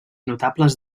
notables